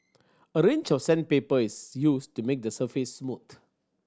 a range of sandpaper is used to make the surface smooth